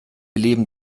leben